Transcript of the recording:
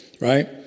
right